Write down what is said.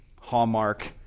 hallmark